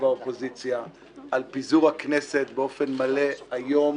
והאופוזיציה על פיזור הכנסת באופן מלא היום